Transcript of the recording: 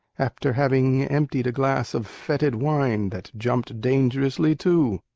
after having emptied a glass of fetid wine that jumped dangerously too.